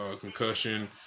concussion